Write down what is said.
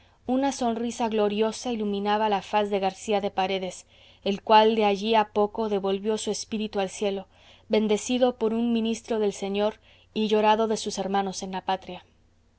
una sonrisa gloriosa iluminaba la faz de garcía de paredes el cual de allí a poco devolvió su espíritu al cielo bendecido por un ministro del señor y llorado de sus hermanos en la patria